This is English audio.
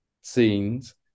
scenes